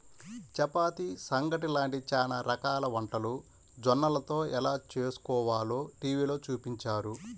చపాతీ, సంగటి లాంటి చానా రకాల వంటలు జొన్నలతో ఎలా చేస్కోవాలో టీవీలో చూపించారు